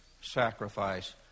sacrifice